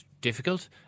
difficult